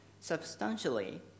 substantially